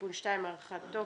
(תיקון מס' 2) (הארכת תוקף),